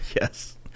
yes